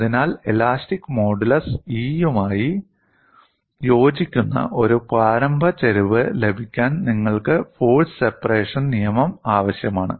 അതിനാൽ elastic modulus E യുമായി യോജിക്കുന്ന ഒരു പ്രാരംഭ ചരിവ് ലഭിക്കാൻ നിങ്ങൾക്ക് ഫോഴ്സ് സെപ്പറേഷൻ നിയമം ആവശ്യമാണ്